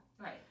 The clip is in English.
Right